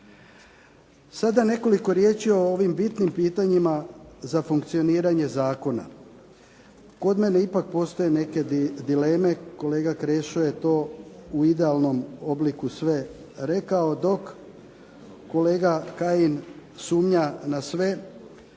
Sada nekoliko riječi o ovim bitnim pitanjima za funkcioniranje zakona. Kod mene ipak postoje neke dileme, kolega Krešo je to u idealnom obliku sve rekao dok kolega Kajin sumnja na sve,